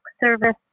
Service